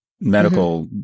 medical